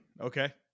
okay